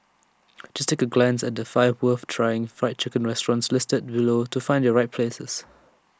just take A glance at the five worth trying Fried Chicken restaurants listed below to find your right places